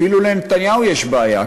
אפילו לנתניהו יש בעיה,